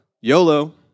YOLO